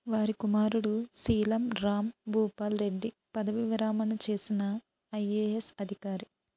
వారి కుమారుడు శీలం రామ్ భూపాల్ రెడ్డి పదవీ విరమణ చేసిన ఐఏఎస్ అధికారి